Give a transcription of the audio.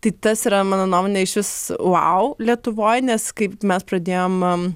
tai tas yra mano nuomone išvis vau lietuvoj nes kaip mes pradėjom